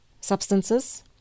substances